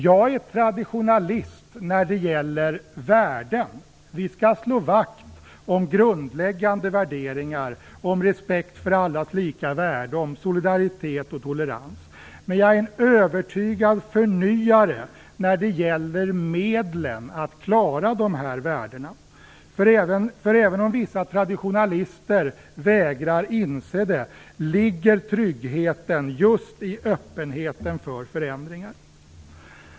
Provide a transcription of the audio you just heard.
Jag är traditionalist när det gäller värden. Vi skall slå vakt om grundläggande värderingar om respekt för allas lika värde, om solidaritet och tolerans. Men jag är en övertygad förnyare när det gäller medlen att klara de här värdena. Även om vissa traditionalister vägrar inse det ligger nämligen tryggheten just i öppenheten för förändringar.